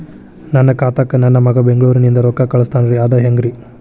ನನ್ನ ಖಾತಾಕ್ಕ ನನ್ನ ಮಗಾ ಬೆಂಗಳೂರನಿಂದ ರೊಕ್ಕ ಕಳಸ್ತಾನ್ರಿ ಅದ ಹೆಂಗ್ರಿ?